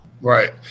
Right